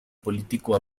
político